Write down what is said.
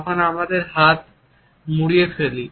তখন আমরা আমাদের হাত মুড়িয়ে ফেলি